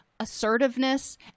assertiveness